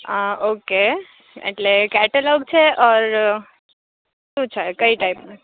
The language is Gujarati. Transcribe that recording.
અ ઓકે એટલે કેટલોક છે ઓર શું છે કઈ ટાઈપનું